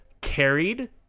carried